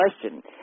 question